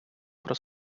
про